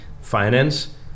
finance